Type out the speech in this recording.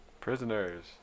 Prisoners